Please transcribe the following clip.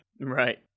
right